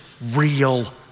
real